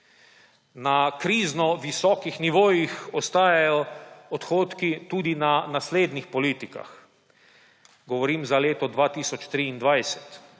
Na krizno visokih nivojih ostajajo odhodki tudi na naslednjih politikah – govorim za leto 2023